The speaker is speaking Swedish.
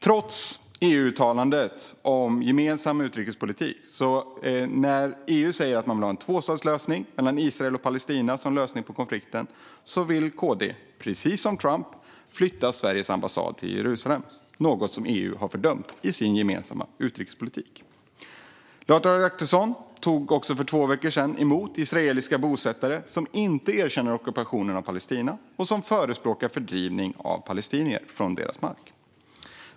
Man talar om gemensam utrikespolitik i EU. Men när EU säger att man vill ha en tvåstatslösning mellan Israel och Palestina vill KD, precis som Trump, flytta Sveriges ambassad till Jerusalem, något som EU har fördömt i sin gemensamma utrikespolitik. Lars Adaktusson tog också för två veckor sedan emot israeliska bosättare som inte erkänner ockupationen av Palestina och som förespråkar fördrivning av palestinier från deras mark.